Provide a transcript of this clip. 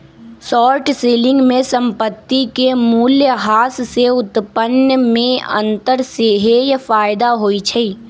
short selling में संपत्ति के मूल्यह्रास से उत्पन्न में अंतर सेहेय फयदा होइ छइ